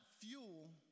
fuel